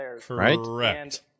Correct